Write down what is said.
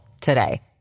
today